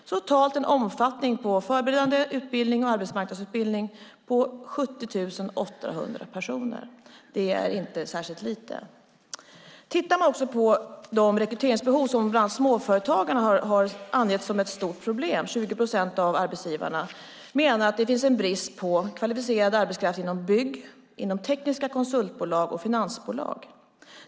Den totala omfattningen av förberedande utbildning och arbetsmarknadsutbildning är alltså 70 800 personer. Det är inte särskilt lite. Bland annat Småföretagarna har angett rekryteringsbehov som ett stort problem. 20 procent av arbetsgivarna menar att det finns en brist på kvalificerad arbetskraft inom byggsektorn, tekniska konsultbolag och finansbolag.